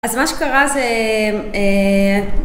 אז מה שקרה זה